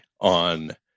on